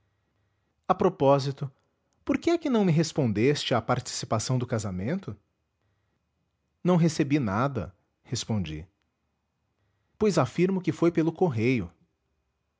a propósito por que é que não me respondeste à participação do casamento não recebi nada respondi pois afirmo que foi pelo correio